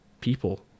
people